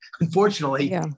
Unfortunately